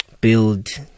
build